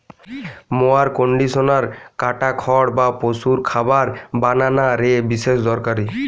mower conditioner কাটা খড় বা পশুর খাবার বানানা রে বিশেষ দরকারি